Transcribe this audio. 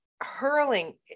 hurling